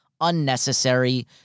unnecessary